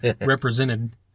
represented